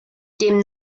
dem